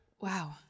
wow